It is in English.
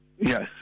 Yes